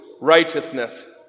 righteousness